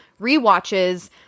rewatches